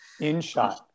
InShot